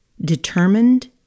determined